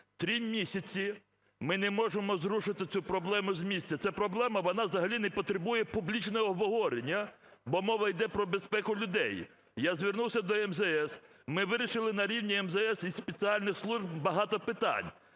Три місяці ми не можемо зрушити цю проблему з місця. Ця проблема, вона взагалі не потребує публічного обговорення, бо мова йде про безпеку людей. Я звернувся до МЗС. Ми вирішили на рівні МЗС і спеціальних служб багато питань.